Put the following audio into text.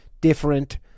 different